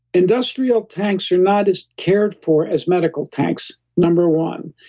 industrial tanks are not as cared for as medical tanks, number one.